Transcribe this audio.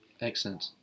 Excellent